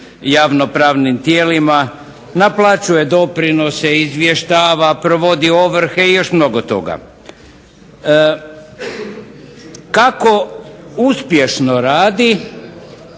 javno-pravnim tijelima, naplaćuje doprinose, izvještava, provodi ovrhe i još mnogo toga. Kako uspješno radi